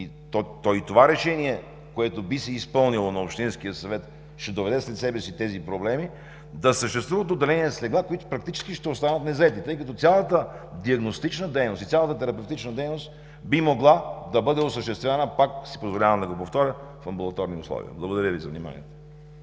съвет, което би се изпълнило, ще доведе след себе си тези проблеми – да съществуват отделения с легла, които практически ще останат незаети, тъй като цялата диагностична и цялата терапевтична дейност би могла да бъде осъществена, позволявам си пак да го повторя, в амбулаторни условия. Благодаря Ви за вниманието.